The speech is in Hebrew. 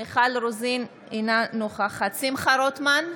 אינה נוכחת שמחה רוטמן,